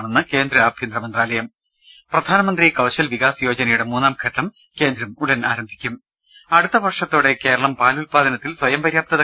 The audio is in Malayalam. ണെന്ന് കേന്ദ്ര ആഭ്യന്തരമന്ത്രാലയം പ്രധാനമന്ത്രി കൌശൽ വികാസ് യോജനയുടെ മൂന്നാം ഘട്ടം കേന്ദ്രം ഉടൻ ആരംഭിക്കും അടുത്ത വർഷത്തോടെ കേരളം പാലുൽപാദനത്തിൽ സ്വയംപര്യാപ്തത